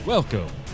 Welcome